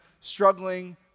struggling